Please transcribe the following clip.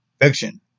fiction